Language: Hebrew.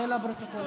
זה לפרוטוקול.